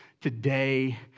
today